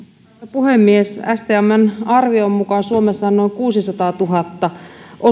puhemies stmn arvion mukaan suomessa on noin kuusisataatuhatta